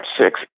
six